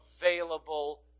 available